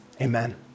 Amen